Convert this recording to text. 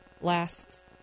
last